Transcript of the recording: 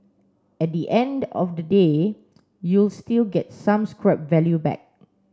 at the end of the day you'll still get some scrap value back